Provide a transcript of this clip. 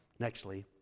Nextly